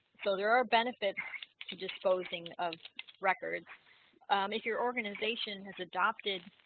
so there are benefits to disposing of records if your organization has adopted